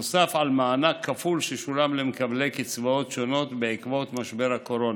נוסף למענק כפול ששולם למקבלי קצבאות שונות בעקבות משבר הקורונה.